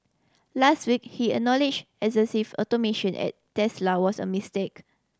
last week he acknowledged excessive automation at Tesla was a mistake